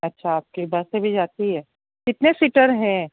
अच्छा आप के बसें भी जाती है कितने सीटर हैं